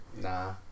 Nah